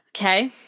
Okay